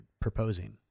proposing